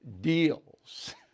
Deals